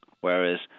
whereas